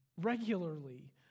regularly